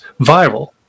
viral